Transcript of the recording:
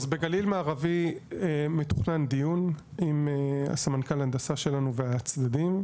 אז בגליל מערבי מתוכנן דיון עם הסמנכ"ל הנדסה שלנו והצדדים,